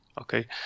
okay